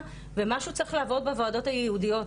ומשהו צריך לעבוד בוועדות הייעודיות,